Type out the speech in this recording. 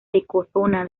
ecozona